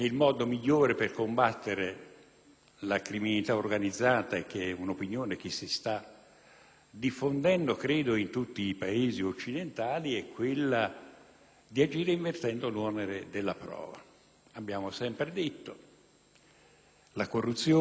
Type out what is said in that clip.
diffondendo in tutti i Paesi occidentali, è agire invertendo l'onere della prova. Abbiamo sempre detto che la corruzione, l'evasione fiscale e la criminalità organizzata si combattono proprio invertendo